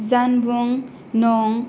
जानबुं नं